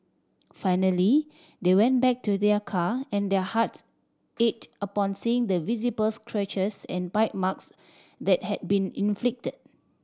finally they went back to their car and their hearts ached upon seeing the visible scratches and bite marks that had been inflicted